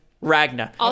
Ragna